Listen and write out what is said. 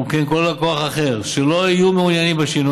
וכן כל לקוח אחר שלא יהיו מעוניינים בשינוי,